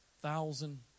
thousand